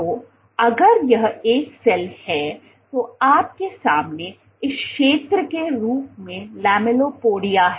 तो अगर यह एक सेल है तो आपके सामने इस क्षेत्र के रूप में लैमेलिपोडिया है